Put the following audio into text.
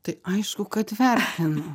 tai aišku kad vertinu